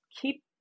keep